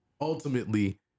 ultimately